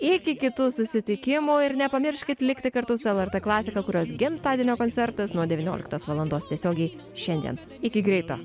iki kitų susitikimo ir nepamirškit likti kartu su lrt klasika kurios gimtadienio koncertas nuo devynioliktos valandos tiesiogiai šiandien iki greito